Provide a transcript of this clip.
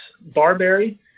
barberry